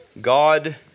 God